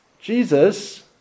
Jesus